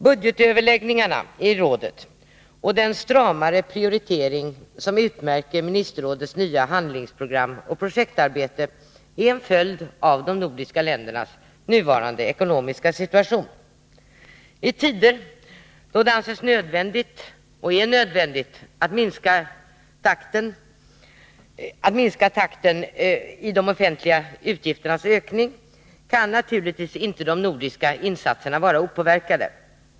Budgetöverläggningarna i rådet och 8 Riksdagens protokoll 1982/83:43-44 den stramare prioritering som utmärker ministerrådets nya handlingsprogram och projektarbetet är en följd av de nordiska ländernas nuvarande ekonomiska situation. I tider då det anses nödvändigt, och är nödvändigt, att minska takten i de offentliga utgifternas ökning kan naturligtvis inte de nordiska insatserna vara opåverkade.